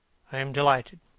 i am delighted,